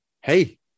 Hey